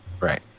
Right